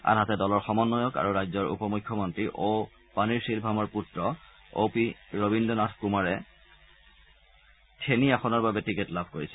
আনহাতে দলৰ সমঘ্য়ক আৰু ৰাজ্যৰ উপ মুখ্যমন্ত্ৰী অ' পিনিৰ ছিলভমৰ পূত্ৰ অ' পি ৰবীদ্ৰনাথ কুমাৰে থেনি আসনৰ বাবে টিকট লাভ কৰিছে